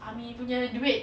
army punya duit